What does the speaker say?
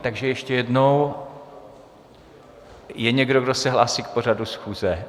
Takže ještě jednou je někdo, kdo se hlásí k pořadu schůze?